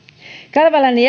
kalevalainen